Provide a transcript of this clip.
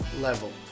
level